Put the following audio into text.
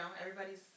everybody's